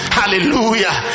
hallelujah